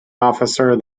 officer